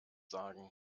sagen